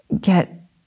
get